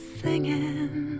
singing